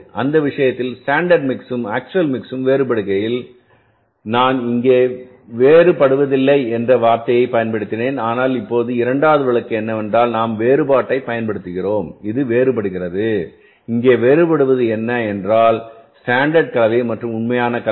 அந்த விஷயத்தில் ஸ்டாண்டர்ட் மிக்ஸும் ஆக்சுவல் மிக்ஸும் வேறுபடுகையில் நான் இங்கே வேறுபடுவதில்லை என்ற வார்த்தையைப் பயன்படுத்தினேன் ஆனால் இப்போது இரண்டாவது வழக்கு என்னவென்றால் நாம் வேறுபாட்டைப் பயன்படுத்துகிறோம் இது வேறுபடுகிறது இங்கே வேறுபடுவது என்னவென்றால் ஸ்டாண்டர்ட் கலவை மற்றும் உண்மையான கலவை